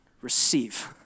Receive